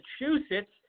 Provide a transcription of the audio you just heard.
Massachusetts